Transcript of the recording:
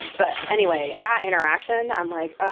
but anyway, that interaction, i'm like, ah